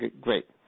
Great